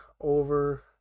over